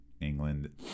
England